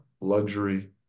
Luxury